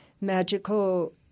magical